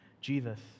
Jesus